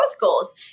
goals